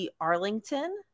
Arlington